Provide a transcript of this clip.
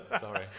Sorry